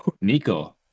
Nico